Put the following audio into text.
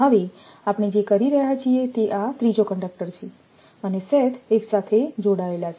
તેથી આપણે જે કરી રહ્યા છીએ તે આ ત્રીજો કંડક્ટર છે અને શેથ એક સાથે જોડાયા છે